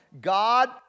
God